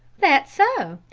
that's so!